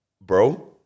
Bro